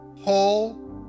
whole